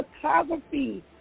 photography